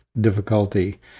difficulty